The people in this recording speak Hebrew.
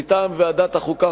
מטעם ועדת החוקה,